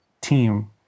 team